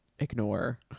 ignore